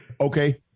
Okay